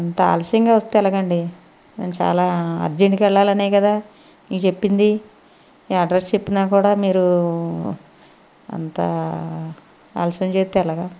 అంత ఆలస్యంగా వస్తే ఎలాగండి మేము చాలా అర్జెంట్గా వెళ్ళాలనే కదా మీకు చెప్పింది ఈ అడ్రస్ చెప్పినా కూడా మీరు అంతా ఆలస్యం చేస్తే ఎలాగా